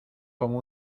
como